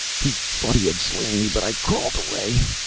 he thought he had slain me, but i crawled away. ah,